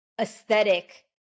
aesthetic